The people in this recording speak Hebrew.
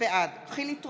בעד חילי טרופר,